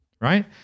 right